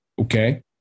okay